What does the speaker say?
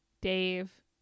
Dave